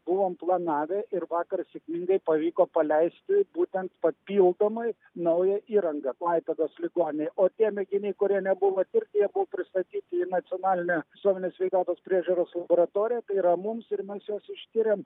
buvom planavę ir vakar sėkmingai pavyko paleisti būtent papildomai naują įrangą klaipėdos ligoninėj o tie mėginiai kurie nebuvo tirti jie buvo pristatyti į nacionalinę visuomenės sveikatos priežiūros laboratoriją tai yra mums ir mes juos ištyrėm